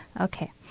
Okay